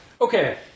okay